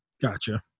Gotcha